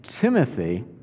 Timothy